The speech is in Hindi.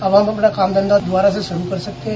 अब हम इससे काम धंधा दोबारा से शुरू कर सकते है